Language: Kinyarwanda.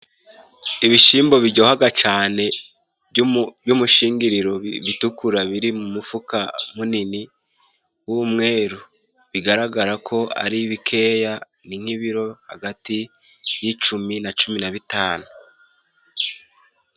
Ibishimbo bijyohaga cyane by'umushingiriro bitukura biri mu mufuka munini w'umweru, bigaragara ko ari bikeya, ni nk'ibiro hagati y'icumi na cumi na bitanu.